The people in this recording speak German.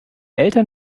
eltern